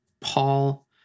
Paul